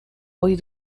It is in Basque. ohi